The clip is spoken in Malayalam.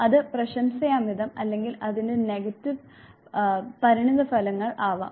അത് പ്രശംസയാവാം അല്ലെങ്കിൽ അതിന്റെ നെഗറ്റീവ് പരിണതഫലങ്ങൾ ആവാം